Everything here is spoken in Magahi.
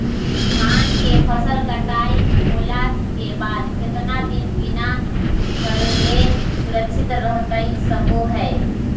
धान के फसल कटाई होला के बाद कितना दिन बिना झाड़ले सुरक्षित रहतई सको हय?